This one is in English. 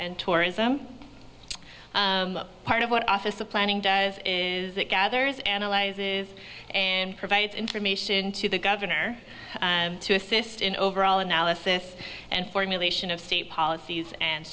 and tourism part of what office of planning does is it gathers analyzes and provides information to the governor to assist in overall analysis and formulation of state policies and